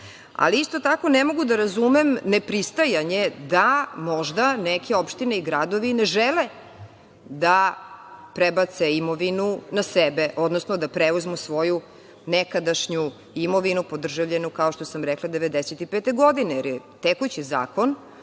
imovini. Isto tako, ne mogu da razumem ne pristajanje da možda neke opštine i gradovi ne žele da prebace imovinu na sebe, odnosno da preuzmu svoju nekadašnju imovinu podržavljenu, kao što sam rekla, 1995. godine, jer je tekući zakon